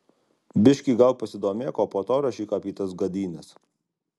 biški gal pasidomėk o po to rašyk apie tas gadynes